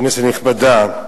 כנסת נכבדה,